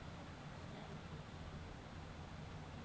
vermicompost মালে হছে যখল কেঁচা গুলা গাহাচ পালায় দিয়া